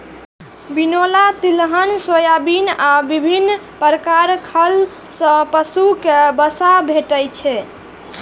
बिनौला, तिलहन, सोयाबिन आ विभिन्न प्रकार खल सं पशु कें वसा भेटै छै